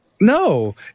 No